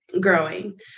growing